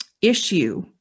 issue